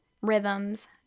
rhythms